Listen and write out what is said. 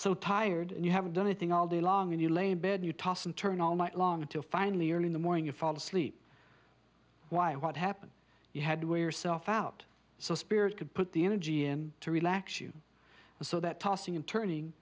so tired and you haven't done a thing all day long and you lay in bed you toss and turn all night long until finally early in the morning or fall asleep why what happened you had to wear yourself out so spirit could put the energy in to relax you so that tossing and turning